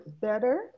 better